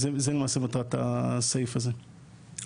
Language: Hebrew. זו למעשה מטרת הסעיף הזה.